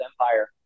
empire